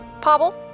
Pobble